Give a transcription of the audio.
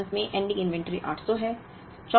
इस महीने के अंत में एंडिंग इन्वेंट्री 800 है